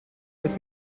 jetzt